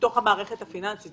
בתוך המערכת הפיננסית.